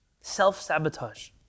Self-sabotage